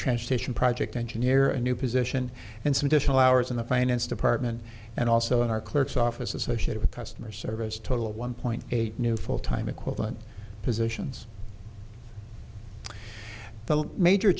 transportation project engineer a new position and some additional hours in the finance department and also in our clerk's office associated with customer service total of one point eight new full time equivalent positions the major